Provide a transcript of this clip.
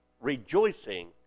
rejoicing